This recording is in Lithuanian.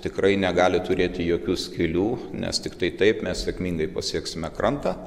tikrai negali turėti jokių skylių nes tiktai taip mes sėkmingai pasieksime krantą